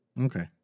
Okay